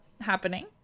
happening